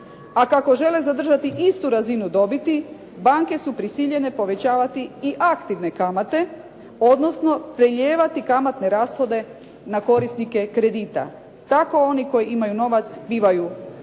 A kako žele zadržati istu razinu dobiti, banke su prisiljene povećavati i aktivne kamate, odnosno prelijevati kamatne rashode na korisnike kredita. Tako oni koji imaju novac bivaju eto